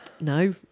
No